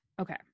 Okay